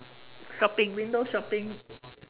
shopping window shopping